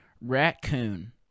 raccoon